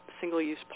single-use